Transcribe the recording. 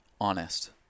Honest